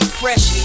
fresh